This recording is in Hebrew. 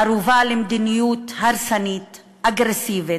ערובה למדיניות הרסנית, אגרסיבית,